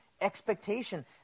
expectation